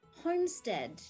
homestead